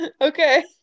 Okay